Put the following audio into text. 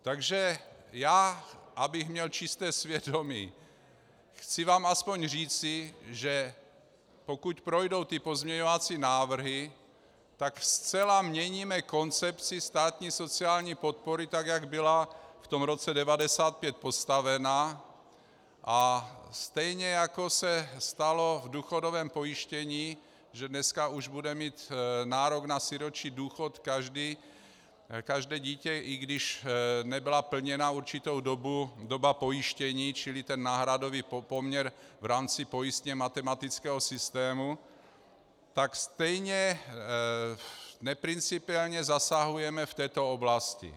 Takže já, abych měl čisté svědomí, vám chci aspoň říci, že pokud projdou ty pozměňovací návrhy, tak zcela měníme koncepci státní sociální podpory, tak jak byla v tom roce 1995 postavena, a stejně jako se stalo v důchodovém pojištění, že dneska už bude mít nárok na sirotčí důchod každé dítě, i když nebyla plněna určitou dobu doba pojištění, čili náhradový poměr v rámci pojistně matematického systému, tak stejně neprincipiálně zasahujeme v této oblasti.